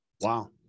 Wow